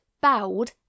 bowed